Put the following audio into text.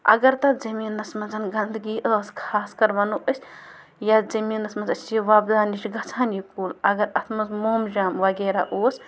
اَگر تَتھ زمیٖنَس منٛز گنٛدگی ٲس خاص کَرو وَنو أسۍ یا زمیٖنَس منٛز أسۍ یہِ وۄپدانہِ چھِ گژھان یہِ کُل اَگر اَتھ منٛز مومجام وغیرہ اوس